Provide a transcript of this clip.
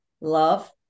love